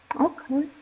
Okay